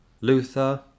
Luther